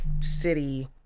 city